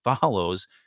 follows